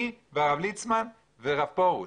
אני, הרב ליצמן והרב פרוש,